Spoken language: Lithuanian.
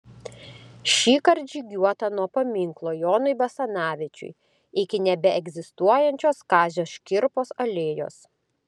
šįkart žygiuota nuo paminklo jonui basanavičiui iki nebeegzistuojančios kazio škirpos alėjos